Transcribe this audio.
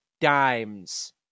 Dimes